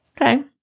Okay